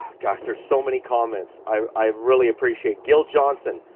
gosh, there's so many comments i really appreciate. gil johnson,